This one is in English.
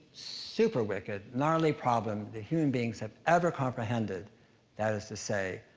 super wicked, gnarly problem that human beings have ever comprehended that is to say,